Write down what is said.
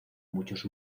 muchos